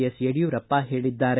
S Yediyurappa ಹೇಳಿದ್ದಾರೆ